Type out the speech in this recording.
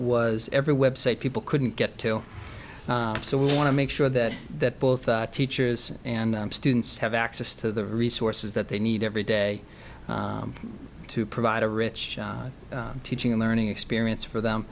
was every website people couldn't get to so we want to make sure that that both teachers and students have access to the resources that they need every day to provide a rich teaching and learning experience for them